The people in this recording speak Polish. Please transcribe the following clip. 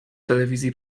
telewizji